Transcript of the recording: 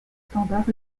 standards